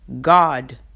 God